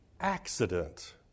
accident